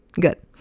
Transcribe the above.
Good